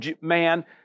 man